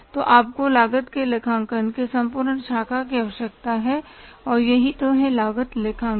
तो आपको लागत के लेखांकन की संपूर्ण शाखा की आवश्यकता है और यही तो है लागत लेखांकन